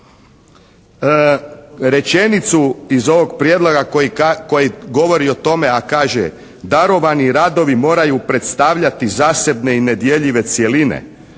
Rečenicu iz ovog prijedloga koji govori o tome, a kaže: "darovani radovi moraju predstavljati zasebne i nedjeljive cjeline",